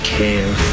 care